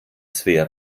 svea